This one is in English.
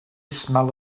smell